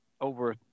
over